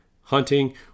hunting